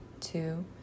two